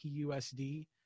PUSD